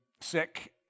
sick